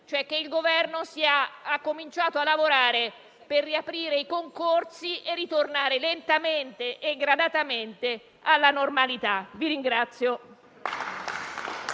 prima: il Governo ha cominciato a lavorare per riaprire i concorsi e ritornare lentamente e gradatamente alla normalità.